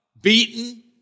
beaten